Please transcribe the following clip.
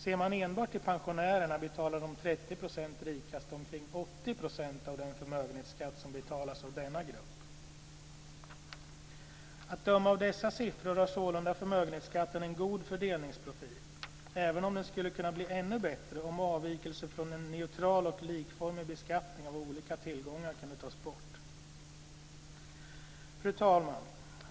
Ser man enbart till pensionärerna betalar de rikaste 30 procenten omkring 80 % av den förmögenhetsskatt som betalas av denna grupp. Att döma av dessa siffror har sålunda förmögenhetsskatten en god fördelningsprofil, även om den skulle kunna bli ännu bättre om avvikelser från en neutral och likformig beskattning av olika tillgångar kunde tas bort. Fru talman!